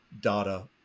data